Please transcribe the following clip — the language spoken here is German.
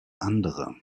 andere